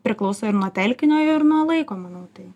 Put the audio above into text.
priklauso ir nuo telkinio ir nuo laiko manau tai